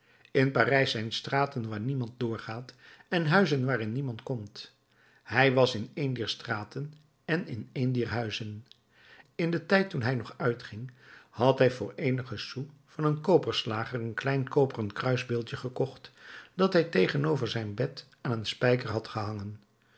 in parijs zijn straten waar niemand doorgaat en huizen waarin niemand komt hij was in een dier straten en in een dier huizen in den tijd toen hij nog uitging had hij voor eenige sous van een koperslager een klein koperen kruisbeeldje gekocht dat hij tegenover zijn bed aan een spijker had gehangen